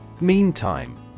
Meantime